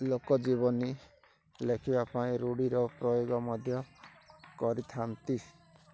ଲୋକ ଜୀବନୀ ଲେଖିବା ପାଇଁ ରୂଢ଼ିର ପ୍ରୟୋଗ ମଧ୍ୟ କରିଥାନ୍ତି